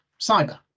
cyber